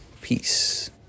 Peace